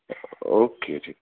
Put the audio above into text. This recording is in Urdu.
اوکے ٹھیک